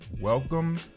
Welcome